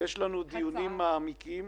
"יש לנו דיונים מעמיקים",